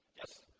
yes.